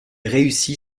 réussit